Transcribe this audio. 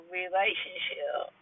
relationship